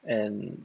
and